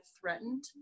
threatened